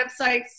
websites